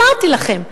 אמרתי לכם,